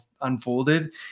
unfolded